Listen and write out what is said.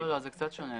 זה קצת שונה.